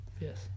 Yes